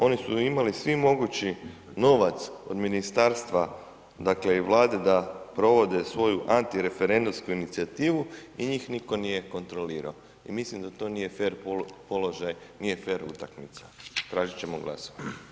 Oni su imali svi mogući novac od ministarstva dakle i vlade, da provode svoju antireferendumsku inicijativu i njih nitko nije kontrolirao i mislim da to nije fer položaj, nije fer utakmica, tražiti ćemo glasovanje.